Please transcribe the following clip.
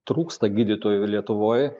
trūksta gydytojų lietuvoj